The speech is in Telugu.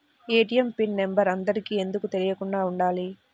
ఏ.టీ.ఎం పిన్ నెంబర్ అందరికి ఎందుకు తెలియకుండా ఉండాలి?